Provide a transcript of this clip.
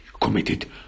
committed